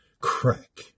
crack